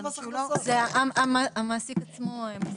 זה המעסיק עצמו מסבסד.